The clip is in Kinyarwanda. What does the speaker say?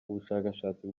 ubushakashatsi